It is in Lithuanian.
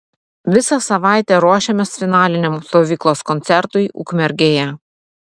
visą savaitę ruošėmės finaliniam stovyklos koncertui ukmergėje